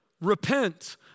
Repent